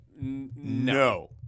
No